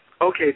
Okay